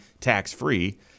tax-free